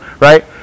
right